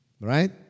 Right